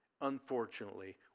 Unfortunately